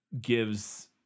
gives